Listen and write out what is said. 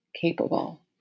capable